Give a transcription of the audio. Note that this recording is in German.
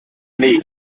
nee